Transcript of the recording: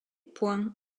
point